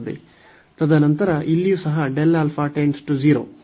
ತದನಂತರ ಇಲ್ಲಿಯೂ ಸಹ ಇದು ಗೆ ಹೋಗುತ್ತದೆ